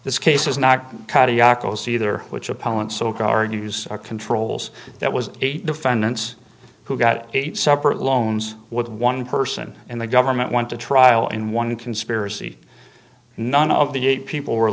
this case is not cut jaco's either which opponent soak argues or controls that was eight defendants who got eight separate loans with one person and the government went to trial in one conspiracy none of the eight people were